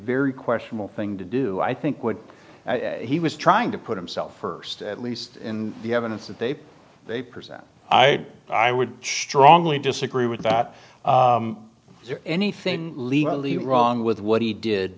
very questionable thing to do i think would he was trying to put himself st at least in the evidence that they they present i i would strongly disagree with anything legally wrong with what he did